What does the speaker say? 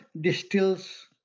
distills